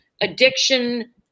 Addiction